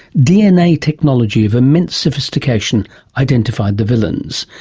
dna technology of immense sophistication identified the villains.